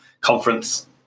conference